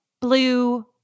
blue